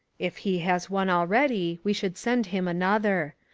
if he has one already we should send him another.